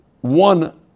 one